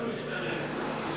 באנו, השתנינו.